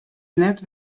net